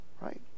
Right